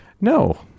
no